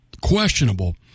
questionable